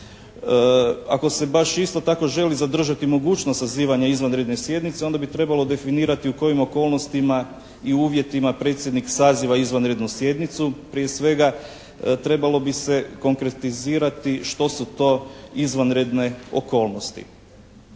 Ako se baš isto tako želi zadržati mogućnost sazivanja izvanredne sjednice onda bi trebalo definirati u kojim okolnostima i uvjetima predsjednik saziva izvanrednu sjednicu. Prije svega, trebalo bi se konkretizirati što su to izvanredne okolnosti.